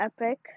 epic